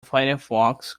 firefox